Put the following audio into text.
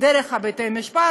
דרך בתי-משפט,